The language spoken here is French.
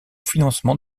financement